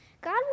God